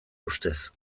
ustez